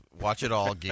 watch-it-all